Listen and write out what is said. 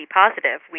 positive